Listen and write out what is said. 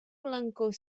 blancor